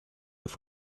auf